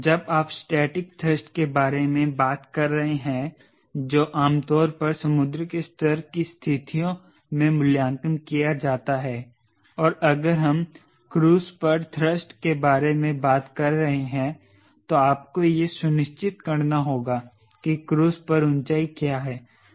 जब आप static thrust के बारे में बात कर रहे हैं जो आम तौर पर समुद्र के स्तर की स्थितियों में मूल्यांकन किया जाता है और अगर हम क्रूज़ पर थ्रस्ट के बारे में बात कर रहे हैं तो आपको यह सुनिश्चित करना होगा कि क्रूज़ पर ऊँचाई क्या है